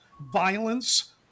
violence